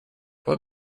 what